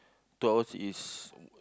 two hours is